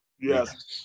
Yes